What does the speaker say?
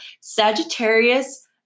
Sagittarius